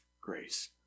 grace